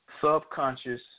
Subconscious